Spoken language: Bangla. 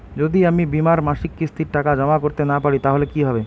যদি আমি বীমার মাসিক কিস্তির টাকা জমা করতে না পারি তাহলে কি হবে?